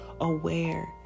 aware